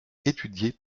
étudiés